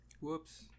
Whoops